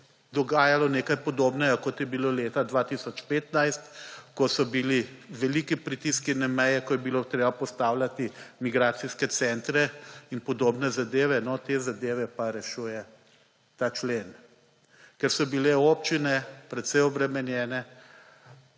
dogajalo nekaj podobnega kot je bilo leta 2015, ko so bili veliki pritiski na meje, ko je bilo treba postavljati migracijske centre in podobne zadeve, no, te zadeve pa rešuje ta člen. Ker so bile občine precej obremenjene,